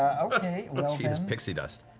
i mean but she's pixie dust.